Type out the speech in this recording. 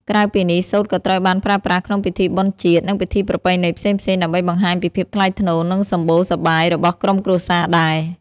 ក្រៅពីនេះ សូត្រក៏ត្រូវបានប្រើប្រាស់ក្នុងពិធីបុណ្យជាតិ និងពិធីប្រពៃណីផ្សេងៗដើម្បីបង្ហាញពីភាពថ្លៃថ្នូរ និងសម្បូរសប្បាយរបស់ក្រុមគ្រួសារដែរ។